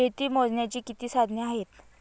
शेती मोजण्याची किती साधने आहेत?